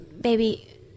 baby